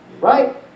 right